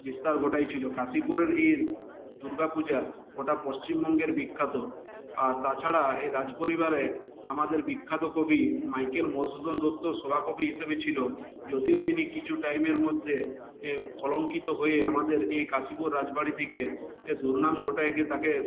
বিস্তার ঘটিয়েছিল কাশীপুরের এই দুর্গাপূজা গোটা পশ্চিমবঙ্গের বিখ্যাত আর তাছাড়া এই রাজপরিবারে আমাদের বিখ্যাত কবি মাইকেল মধুসূদন দত্ত সভা কবি হিসাবে ছিল যদিও তিনি কিছু টাইমের মধ্যে কলঙ্কিত হয়ে আমাদের এই কাশীপুর রাজবাড়ি থেকে দুর্নাম ঘটায় তাকে